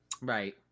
right